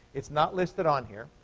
it's not listed on here,